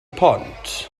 pont